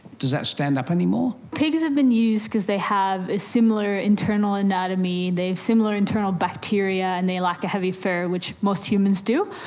does that stand up anymore? pigs have been used because they have a similar internal anatomy, they have similar internal bacteria and they lack a heavy fur, which most humans do.